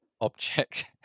object